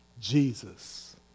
Jesus